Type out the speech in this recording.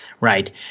right